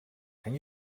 can